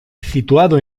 situado